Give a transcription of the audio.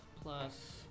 plus